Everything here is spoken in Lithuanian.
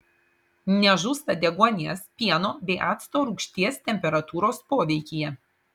nežūsta deguonies pieno bei acto rūgšties temperatūros poveikyje